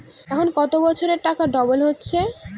এখন কত বছরে টাকা ডবল হচ্ছে?